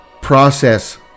process